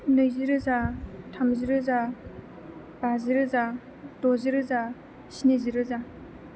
नैजि रोजा थामजि रोजा बाजि रोजा दजि रोजा स्निजि रोजा